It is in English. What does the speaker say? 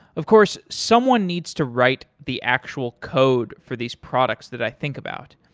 of course, someone needs to write the actual code for these products that i think about.